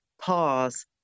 pause